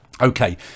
Okay